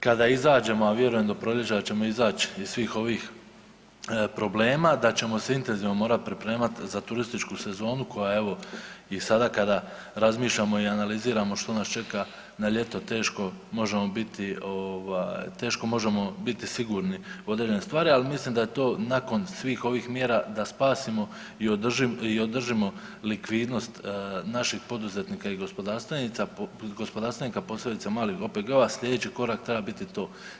Kada izađemo, a vjerujem do proljeća da ćemo izać iz svih ovih problema, da ćemo se intenzivno morat pripremat za turističku sezonu koja evo i sada kada razmišljamo i analiziramo što nas čeka na ljeto teško možemo biti ovaj teško možemo biti sigurni u određene stvari, ali mislim da je to nakon svih ovih mjera da spasimo i održimo likvidnost naših poduzetnika i gospodarstvenika, posebice malih OPG-ova, slijedeći korak treba biti to.